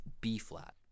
B-flat